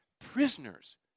prisoners